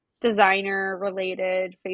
designer-related